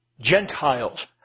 Gentiles